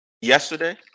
yesterday